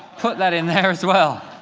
put that in there as well.